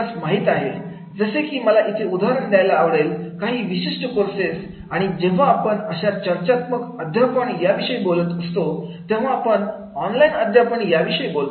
जसे की मला इथे उदाहरण द्यायला आवडेल काही विशिष्ट कोर्सेस आणि जेव्हा आपण अशा चर्चात्मक अध्यापन विषयी बोलत असतो तेव्हा आपण ऑनलाइन अध्यापन विषयी बोलत असतो